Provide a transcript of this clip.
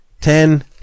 ten